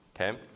okay